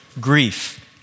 grief